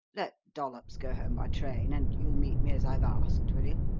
let dollops go home by train, and you meet me as i've asked, will you?